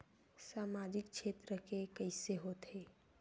सामजिक क्षेत्र के कइसे होथे?